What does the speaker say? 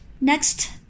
Next